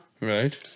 Right